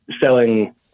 selling